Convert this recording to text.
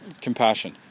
compassion